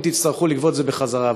אם תצטרכו לגבות את זה בחזרה,